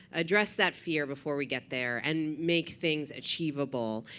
address that fear before we get there, and make things achievable.